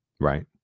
right